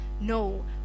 No